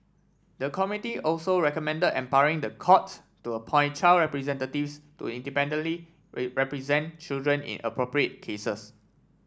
the committee also recommended empowering the court to appoint child representatives to independently represent children in appropriate cases